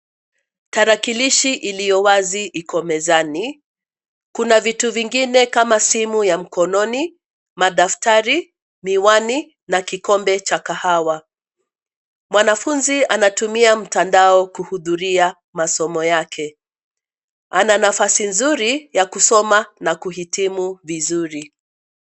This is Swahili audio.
Tarakilishi iliyo wazi iko mezani. Kuna vitu vingine kama simu ya mkononi, madaftari, miwani na kikombe cha kahawa. Mwanafunzi anatumia mtandao kuhudhuria masomo yake. Ana nafasi nzuri ya kusoma na kuhitimu vizuri.